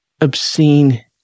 obscene